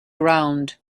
round